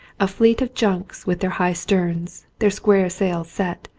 a fleet of junks with their high sterns, their square sails set,